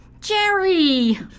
Jerry